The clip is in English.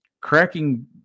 Cracking